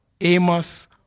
Amos